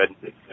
good